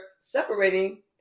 separating